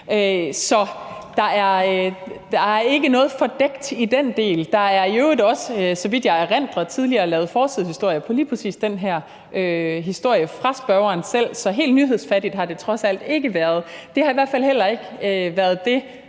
Så der er ikke noget fordækt i den del. Der er i øvrigt også, så vidt jeg erindrer, tidligere lavet forsidehistorier på lige præcis den her historie foranlediget af spørgeren selv, så helt nyhedsfattigt har det trods alt ikke været. Det har i hvert fald heller ikke været det,